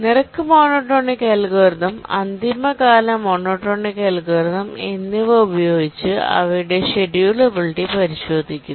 rate monotonic algorithm deadline monotonic algorithm എന്നിവ ഉപയോഗിച്ച് അവയുടെ ഷെഡ്യൂളബിളിറ്റി പരിശോധിക്കുന്നു